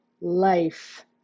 life